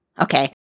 Okay